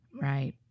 Right